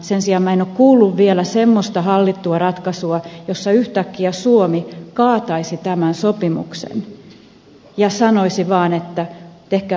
sen sijaan minä en ole kuullut vielä semmoista hallittua ratkaisua jossa yhtäkkiä suomi kaataisi tämän sopimuksen ja sanoisi vaan että tehkää hallittu ratkaisu